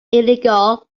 illegal